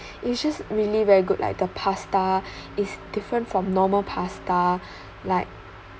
but it's just really very good like the pasta is different from normal pasta like